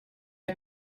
are